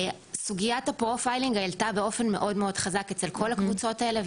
סוגיית הפרופיילינג עלתה באופן מאוד מאוד חזק אצל כל הקבוצות האלה,